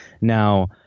Now